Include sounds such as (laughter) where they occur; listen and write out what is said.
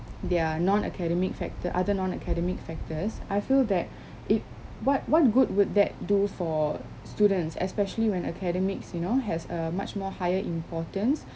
there are non academic factors other non academic factors I feel that (breath) it what what good would that do for students especially when academics you know has a much more higher importance